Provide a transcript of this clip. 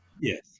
Yes